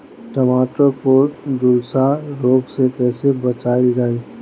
टमाटर को जुलसा रोग से कैसे बचाइल जाइ?